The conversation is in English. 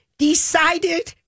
decided